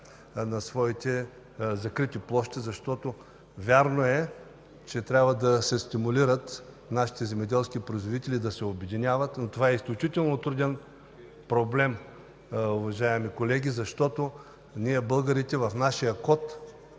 на своите закрити площи. Вярно е, че трябва да се стимулират нашите земеделски производители, да се обединяват, но това е изключително труден проблем, уважаеми колеги, защото ние, българите, в нашия